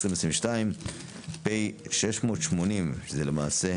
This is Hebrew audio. אנחנו איחדנו, למעשה,